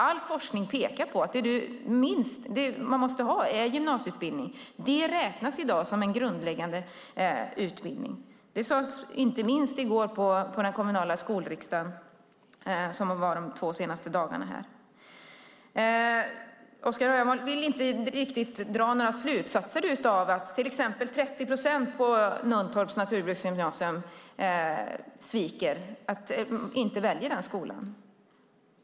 All forskning pekar på att det man minst måste ha är en gymnasieutbildning. Det räknas i dag som en grundläggande utbildning. Det sades inte minst i går på den kommunala skolriksdagen, som har pågått under de två senaste dagarna. Oskar Öholm vill inte riktigt dra några slutsatser av att till exempel 30 procent sviker när det gäller Nuntorps naturbruksgymnasium. De väljer inte den skolan.